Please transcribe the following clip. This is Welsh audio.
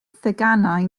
theganau